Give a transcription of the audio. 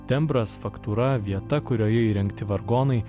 tembras faktūra vieta kurioje įrengti vargonai